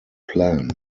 plan